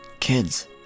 Kids